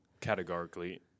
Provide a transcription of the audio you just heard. categorically